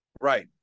Right